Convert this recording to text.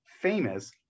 famous